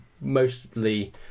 mostly